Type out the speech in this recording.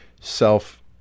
self